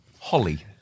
Holly